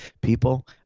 people